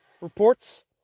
reports